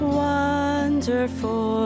wonderful